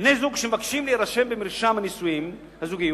בני-זוג שמבקשים להירשם במרשם הזוגיות